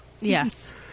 Yes